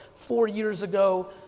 four years ago,